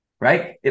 right